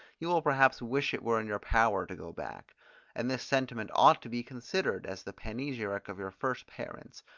you will perhaps wish it were in your power to go back and this sentiment ought to be considered, as the panegyric of your first parents,